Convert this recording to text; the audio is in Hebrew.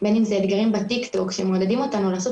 בין אם זה אתגרים בטיקטוק שמעודדים אותנו לעשות